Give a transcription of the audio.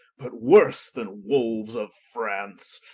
but worse then wolues of france,